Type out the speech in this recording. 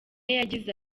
yagize